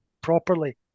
properly